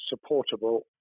supportable